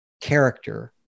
character